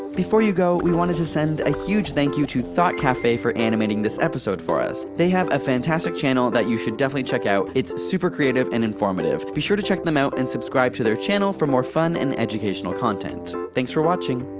before you go, we want to to send a huge thank you to thought cafe for animating this episode for us. they have a fantastic channel but you should check out. its super creative and informative. be sure to check them out and subscribe to their channel for more fun and educational content. thanks for watching.